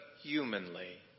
humanly